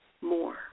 more